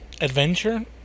Adventure